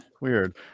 weird